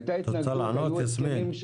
את רוצה לענות יסמין?